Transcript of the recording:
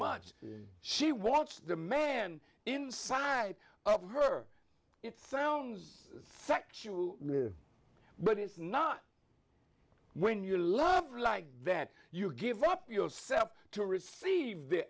much she wants the man inside of her it sounds sexual but it's not when you love like that you give up yourself to receive the